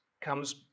comes